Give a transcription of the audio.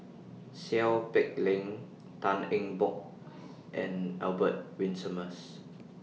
Seow Peck Leng Tan Eng Bock and Albert Winsemius